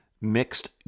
mixed